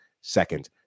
second